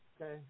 okay